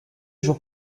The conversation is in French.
jours